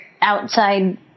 outside